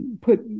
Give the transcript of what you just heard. put